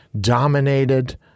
dominated